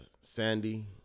Sandy